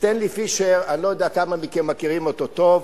סטנלי פישר, אני לא יודע כמה מכם מכירים אותו טוב,